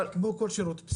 כמו בכל דבר.